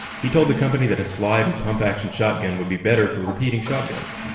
he told the company that a slide or pump-action shotgun would be better for repeating shotguns.